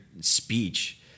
speech